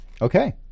Okay